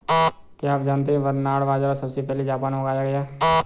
क्या आप जानते है बरनार्ड बाजरा सबसे पहले जापान में उगाया गया